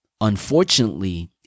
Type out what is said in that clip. unfortunately